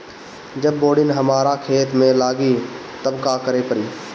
जब बोडिन हमारा खेत मे लागी तब का करे परी?